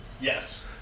Yes